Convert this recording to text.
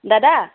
দাদা